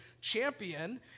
champion